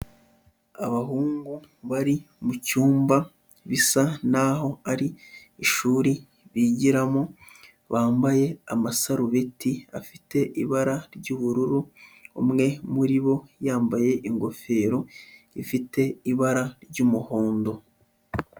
Abahungu bari mu cyumba bisa naho ari ishuri bigiramo, bambaye amasarubeti afite ibara ry'ubururu, umwe muri bo yambaye ingofero ifite ibara ry'umuhondo.